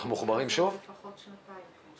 זה ייקח לפחות שנתיים.